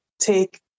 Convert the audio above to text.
take